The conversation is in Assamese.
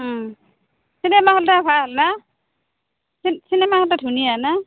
চিনেমা হ'লটো ভাল নো চিনেমা হ'লটো ধুনীয়া নো